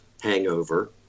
hangover